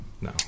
No